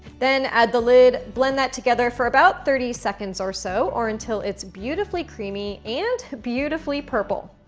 then add the lid, blend that together for about thirty seconds or so or until it's beautifully creamy and beautifully purple.